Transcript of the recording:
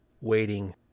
waiting